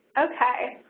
okay,